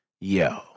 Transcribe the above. yo